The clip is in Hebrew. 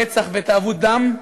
רצח ותאוות דם.